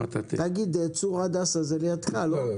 צור הדסה זה לידך, לא?